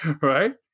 right